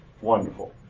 wonderful